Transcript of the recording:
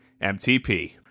MTP